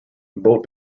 boat